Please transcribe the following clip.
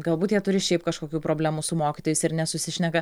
galbūt jie turi šiaip kažkokių problemų su mokytojais ir nesusišneka